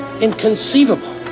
Inconceivable